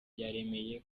yaremeye